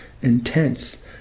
intense